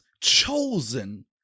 chosen